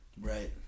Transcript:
Right